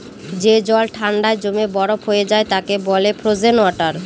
যে জল ঠান্ডায় জমে বরফ হয়ে যায় তাকে বলে ফ্রোজেন ওয়াটার